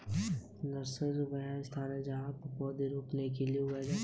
nursery, वह स्थान जहाँ पौधे रोपने के लिए उगाए जाते हैं